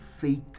faith